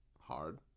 Hard